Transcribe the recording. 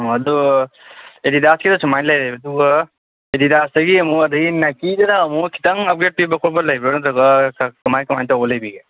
ꯑꯣ ꯑꯗꯨ ꯑꯦꯗꯤꯗꯥꯁꯀꯤꯗ ꯁꯨꯃꯥꯏꯅ ꯂꯩꯔꯦ ꯑꯗꯨꯒ ꯑꯦꯗꯤꯗꯥꯁꯇꯒꯤ ꯑꯃꯨꯛ ꯑꯗꯒꯤ ꯅꯥꯏꯀꯤꯁꯤꯅ ꯑꯃꯨꯛ ꯈꯤꯇꯪ ꯑꯞꯒ꯭ꯔꯦꯠ ꯄꯤꯕ ꯈꯣꯠꯄ ꯂꯩꯕ꯭ꯔꯣ ꯅꯠꯇ꯭ꯔꯒ ꯈꯔ ꯀꯃꯥꯏꯅ ꯀꯃꯥꯏꯅ ꯇꯧꯕ ꯂꯩꯕꯤꯒꯦ